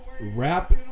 Rap